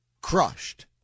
crushed